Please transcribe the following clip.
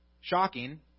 shocking